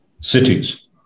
cities